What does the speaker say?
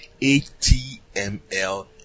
HTML